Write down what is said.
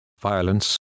violence